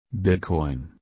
Bitcoin